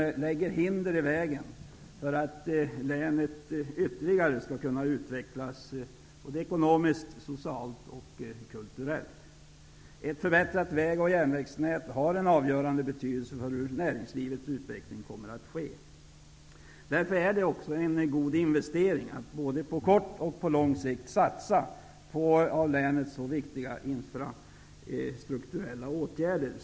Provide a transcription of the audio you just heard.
De lägger hinder i vägen för att länet skall kunna utvecklas ytterligare, både ekonomiskt, socialt och kulturellt. Ett förbättrat väg och järnvägsnät har en avgörande betydelse för näringslivets utveckling. Därför är det en god investering både på kort och lång sikt att satsa på för länet viktiga infrastrukturella åtgärder.